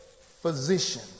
physician